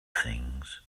things